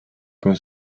con